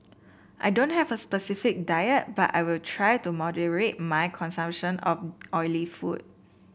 I don't have a specific diet but I will try to moderate my consumption of oily food